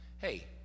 Hey